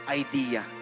idea